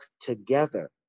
together